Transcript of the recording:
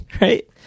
right